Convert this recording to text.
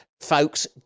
folks